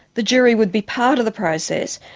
the jury would be part of the process.